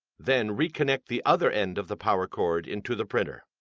then, reconnect the other end of the power cord into the printer.